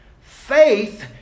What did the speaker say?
faith